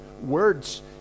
words